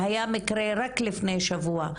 והיה מקרה רק לפני שבוע,